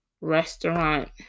restaurant